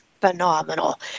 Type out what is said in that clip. phenomenal